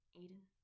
Aiden